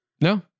No